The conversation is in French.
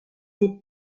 des